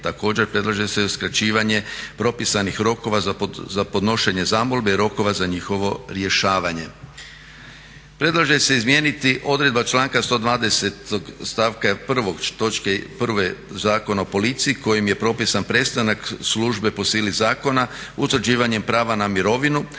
Također predlaže se i uskraćivanje propisanih rokova za podnošenje zamolbe i rokova za njihovo rješavanje. Predlaže se izmijeniti odredba članka 120 stavka 1. točke 1. Zakona o policiji kojim je propisan prestanak službe po sili zakona utvrđivanjem prava na mirovinu